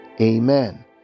amen